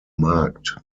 markt